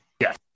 Yes